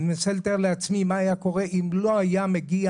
אני מנסה לתאר לעצמי מה היה קורה אם לא היה מגיע